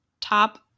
top